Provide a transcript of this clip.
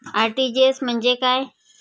RTGS म्हणजे काय?